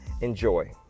Enjoy